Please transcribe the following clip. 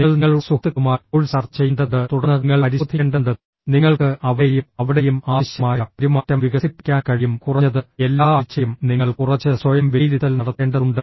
നിങ്ങൾ നിങ്ങളുടെ സുഹൃത്തുക്കളുമായി കോഴ്സ് ചർച്ച ചെയ്യേണ്ടതുണ്ട് തുടർന്ന് നിങ്ങൾ പരിശോധിക്കേണ്ടതുണ്ട് നിങ്ങൾക്ക് അവിടെയും അവിടെയും ആവശ്യമായ പെരുമാറ്റം വികസിപ്പിക്കാൻ കഴിയും കുറഞ്ഞത് എല്ലാ ആഴ്ചയും നിങ്ങൾ കുറച്ച് സ്വയം വിലയിരുത്തൽ നടത്തേണ്ടതുണ്ട്